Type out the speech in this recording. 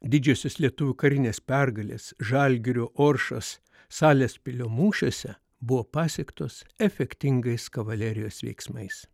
didžiosios lietuvių karinės pergalės žalgirio oršos salaspilio mūšiuose buvo pasiektos efektingais kavalerijos veiksmais